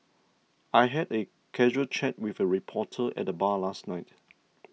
I had a casual chat with a reporter at the bar last night